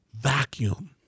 vacuum